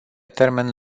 termen